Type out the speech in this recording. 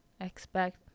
expect